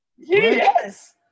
Yes